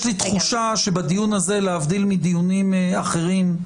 יש לי תחושה שבדיון הזה, להבדיל מדיונים אחרים,